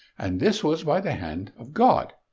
and this was by the hand of god.